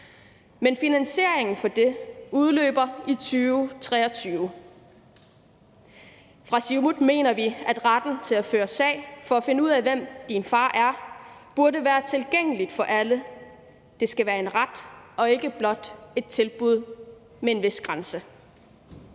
men finansieringen for det udløber i 2023. Fra Siumuts side mener vi, at retten til at føre sag for at finde ud af, hvem en persons far er, burde være tilgængelig for alle. Det skal være en ret og ikke blot et tilbud med en vis grænse.